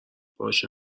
باشه